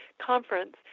conference